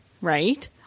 right